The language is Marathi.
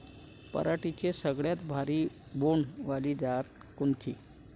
पराटीची सगळ्यात भारी बोंड वाली जात कोनची?